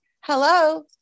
Hello